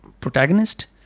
protagonist